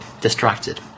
distracted